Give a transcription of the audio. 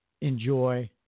Enjoy